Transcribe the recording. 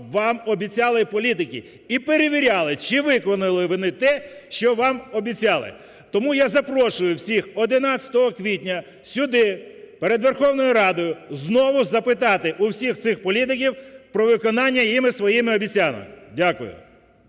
вам обіцяли політики і перевіряли, чи виконали вони те, що вам обіцяли. Тому я запрошую всіх 11 квітня сюди, перед Верховною Радою знову запитати у всіх цих політиків про виконання ними своїх обіцянок. Дякую.